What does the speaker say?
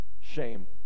shame